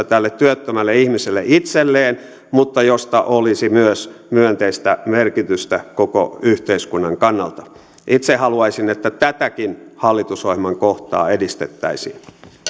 tälle työttömälle ihmiselle itselleen mutta jolla olisi myös myönteistä merkitystä koko yhteiskunnan kannalta itse haluaisin että tätäkin hallitusohjelman kohtaa edistettäisiin